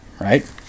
right